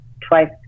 twice